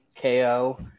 KO